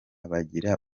bagira